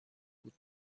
بود